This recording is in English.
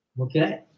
okay